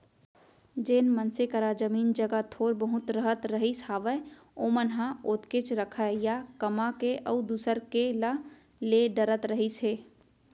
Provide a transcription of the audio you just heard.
जेन मनसे करा जमीन जघा थोर बहुत रहत रहिस हावय ओमन ह ओतकेच रखय या कमा के अउ दूसर के ला ले डरत रहिस हे